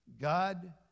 God